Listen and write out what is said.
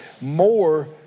more